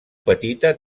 petita